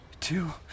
two